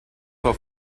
for